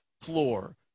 floor